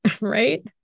right